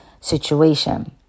situation